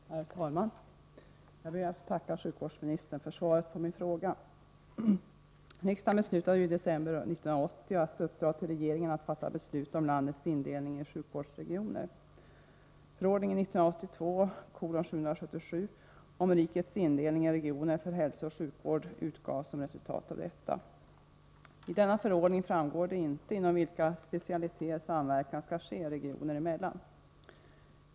Herr talman! Jag ber att få tacka sjukvårdsministern för svaret på min fråga. Riksdagen beslutade i december 1980 att uppdra åt regeringen att fatta beslut om landets indelning i sjukvårdsregioner. Förordningen 1982:777 om rikets indelning i regioner för hälsooch sjukvård utgavs som ett resultat av detta. I denna förordning framgår det inte inom vilka specialiteter samverkan 65 skall ske regioner emellan.